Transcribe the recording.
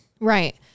right